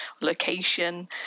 location